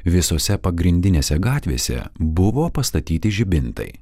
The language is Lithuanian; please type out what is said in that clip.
visose pagrindinėse gatvėse buvo pastatyti žibintai